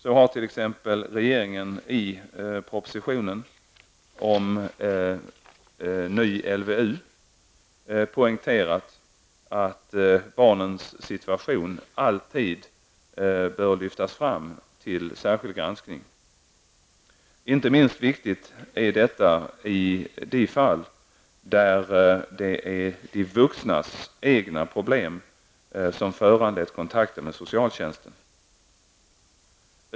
Så har t.ex. regeringen i propositionen om ny LVU poängterat att barnens situation alltid bör lyftas fram till särskild granskning. Inte minst viktigt är detta i de fall där det är de vuxnas egna problem som föranlett kontakten med socialtjänsten.